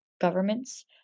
governments